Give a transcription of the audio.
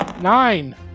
Nine